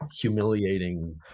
humiliating